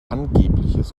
angebliches